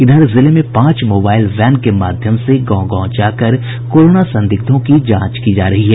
इधर जिले में पांच मोबाईल वैन के माध्यम से गांव गांव जाकर कोरोना संदिग्धों की जांच की जा रही है